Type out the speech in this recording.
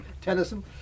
Tennyson